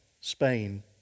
Spain